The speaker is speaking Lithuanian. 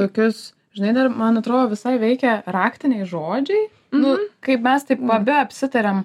tokius žinai dar man atrodo visai veikia raktiniai žodžiai nu kaip mes taip abi apsitariam